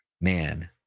Man